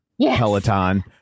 Peloton